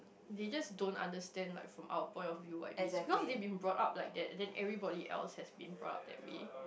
they just don't understand like from our point of view what it mean because they been brought up like that and then everybody else have been brought up that way